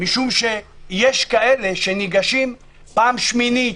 משום שיש כאלה שניגשים פעם שמינית,